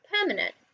permanent